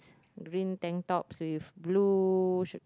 green tank tops with blue shirt